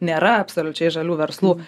nėra absoliučiai žalių verslų